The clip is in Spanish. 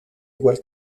igual